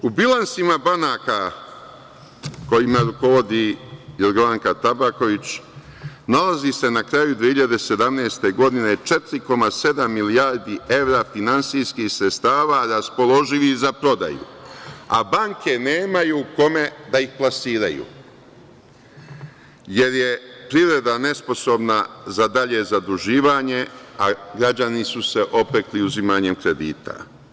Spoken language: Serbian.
U bilansima banaka kojima rukovodi Jorgovanka Tabaković nalazi se na kraju 2017. godine 4,7 milijardi evra finansijskih sredstava raspoloživih za prodaju, a banke nemaju kome da ih plasiraju, jer je privreda nesposobna za dalje zaduživanje, a građani su se opekli uzimanjem kredita.